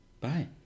bye